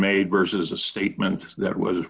made versus a statement that was